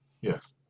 Yes